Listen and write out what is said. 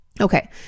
Okay